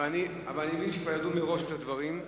אבל אני מבין שכבר ידעו מראש את הדברים,